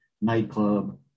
nightclub